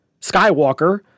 Skywalker